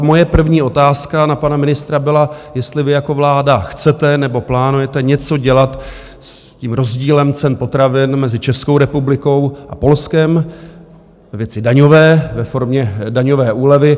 Moje první otázka na pana ministra byla, jestli vy jako vláda chcete nebo plánujete něco dělat s tím rozdílem cen potravin mezi Českou republikou a Polskem, ve věci daňové, ve formě daňové úlevy.